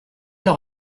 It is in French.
leur